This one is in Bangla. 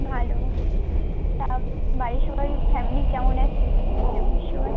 ভালো তা বাড়ির সবাই ফ্যামেলি কেমন আছে ফ্যামিলির সবাই